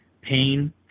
pain